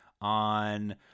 on